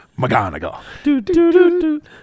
McGonagall